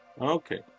Okay